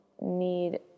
need